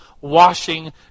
washing